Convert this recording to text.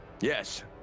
Yes